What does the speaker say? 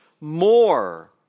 more